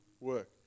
work